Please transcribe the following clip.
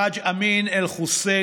חאג' אמין אל-חוסייני,